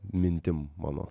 mintim mano